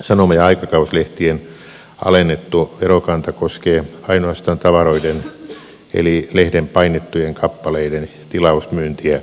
sanoma ja aikakauslehtien alennettu verokanta koskee ainoastaan tavaroiden eli lehden painettujen kappaleiden tilausmyyntiä